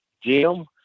Jim